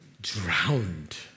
drowned